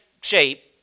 shape